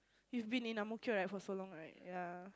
you've been in Ang-Mo-Kio right for so long right yeah